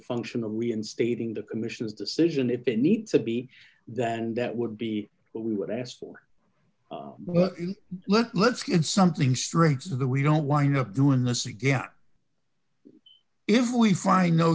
functional reinstating the commission's decision if they need to be that and that would be what we would ask for let's get something straight so that we don't wind up doing this again if we find no